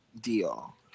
deal